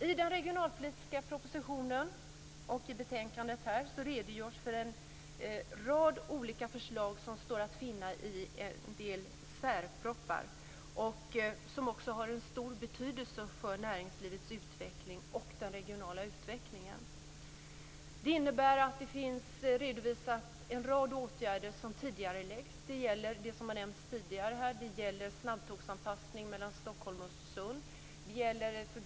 I den regionalpolitiska propositionen och i betänkandet redogörs för en rad olika förslag som står att finna i en del särpropositioner. De har också en stor betydelse för näringslivets utveckling och den regionala utvecklingen. Det innebär att det finns redovisat en rad åtgärder som tidigareläggs. Det gäller snabbtågsanpassning mellan Stockholm och Östersund, som har nämnts här tidigare.